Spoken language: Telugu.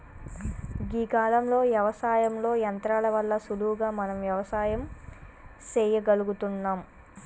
గీ కాలంలో యవసాయంలో యంత్రాల వల్ల సులువుగా మనం వ్యవసాయం సెయ్యగలుగుతున్నం